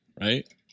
right